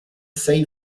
say